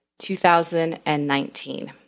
2019